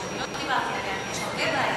ואני לא דיברתי עליה כי יש הרבה בעיות,